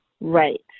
Right